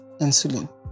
insulin